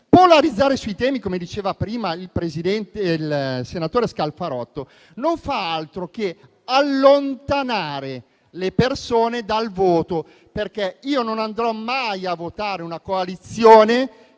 Polarizzare sui temi, come diceva prima il senatore Scalfarotto, non fa altro che allontanare le persone dal voto, perché io non andrò mai a votare una coalizione